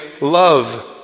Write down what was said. love